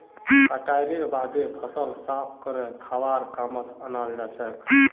कटाईर बादे फसल साफ करे खाबार कामत अनाल जाछेक